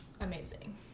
Amazing